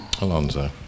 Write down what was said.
Alonso